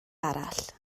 arall